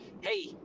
hey